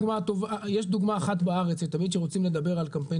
יש דוגמה אחת בארץ שתמיד כשרוצים לדבר על קמפיין